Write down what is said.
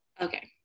okay